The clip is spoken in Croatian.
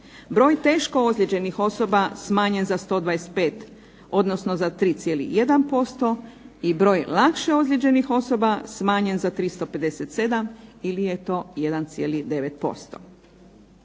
Broj teško ozlijeđenih osoba smanjen za 125, odnosno za 3,1% i broj lakše ozlijeđenih osoba smanjen za 357 ili je to 1,9%.